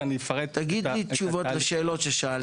ואני אפרט תיכף את התהליך.